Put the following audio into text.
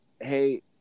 Hey